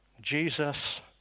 Jesus